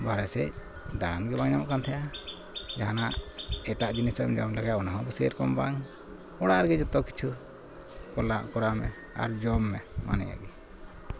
ᱵᱟᱨᱦᱮ ᱥᱮᱫ ᱫᱟᱬᱟᱱ ᱜᱮ ᱵᱟᱝ ᱧᱟᱢᱚᱜᱠᱟᱱ ᱛᱮᱦᱮᱸᱫᱼᱟ ᱡᱟᱦᱟᱱᱟᱜ ᱮᱴᱟᱜ ᱡᱤᱱᱤᱥᱮᱢ ᱡᱚᱢ ᱞᱮᱜᱟᱭᱟ ᱚᱱᱟᱦᱚᱸ ᱥᱮᱨᱚᱠᱚᱢ ᱵᱟᱝ ᱚᱲᱟᱜ ᱨᱮᱜᱮ ᱡᱚᱛᱚ ᱠᱤᱪᱷᱩ ᱠᱚᱨᱟᱣ ᱢᱮ ᱟᱨ ᱡᱚᱢ ᱢᱮ ᱦᱚᱸᱜᱼᱚᱭ ᱱᱮᱸᱜᱼᱮ ᱱᱤᱭᱟᱹᱜᱮ